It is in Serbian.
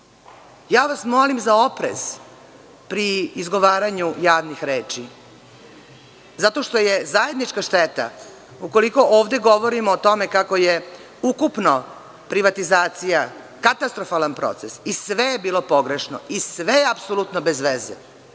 vas za oprez pri izgovaranju javnih reči zato što je zajednička šteta, ukoliko ovde govorimo o tome kako je ukupno privatizacija katastrofalan proces i sve je bilo pogrešno i sve je apsolutno bez veze